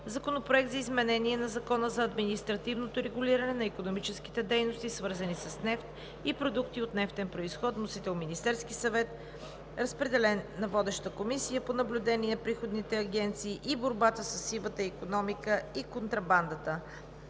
Законопроект за изменение на Закона за административното регулиране на икономическите дейности, свързани с нефт и продукти от нефтен произход. Вносител е Министерският съвет. Водеща е Комисията за наблюдение на приходните агенции и борба със сивата икономика и контрабандата.